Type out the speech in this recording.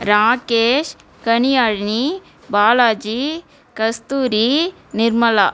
Rakesh Kaniyazhini Balaji Kasturi Nirmala